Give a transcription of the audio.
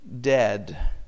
dead